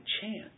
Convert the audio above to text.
chance